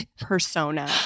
persona